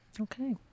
Okay